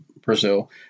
Brazil